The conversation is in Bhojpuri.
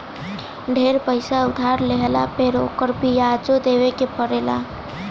ढेर पईसा उधार लेहला पे ओकर बियाजो देवे के पड़ेला